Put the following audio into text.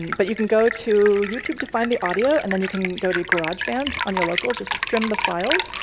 but you can go to youtube to find the audio, and then you can go to garageband on your local, just trim the files,